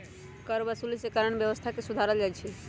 करवसूली से कानूनी व्यवस्था के सुधारल जाहई